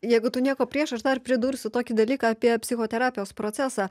jeigu tu nieko prieš aš dar pridursiu tokį dalyką apie psichoterapijos procesą